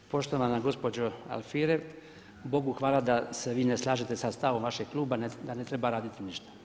Poštovana gospođo Alfirev, Bogu hvala da se vi ne slažete sa stavom vašeg kluba, da ne treba raditi ništa.